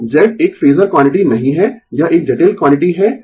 तो Z एक phasor quantity नहीं है यह एक जटिल क्वांटिटी है